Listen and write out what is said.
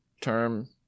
term